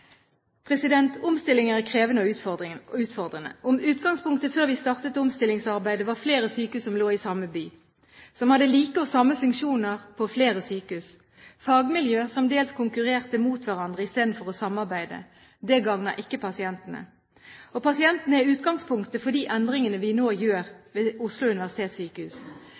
Omstillinger er krevende og utfordrende. Utgangspunktet før vi startet omstillingsarbeidet, var at flere sykehus som lå i samme by, hadde like og samme funksjoner og fagmiljø som dels konkurrerte mot hverandre istedenfor å samarbeide. Det gagner ikke pasientene. Og pasientene er utgangspunktet for de endringer vi nå gjør ved Oslo universitetssykehus.